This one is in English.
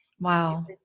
Wow